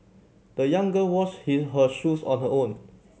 the young girl washed his her shoes on her own